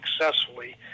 successfully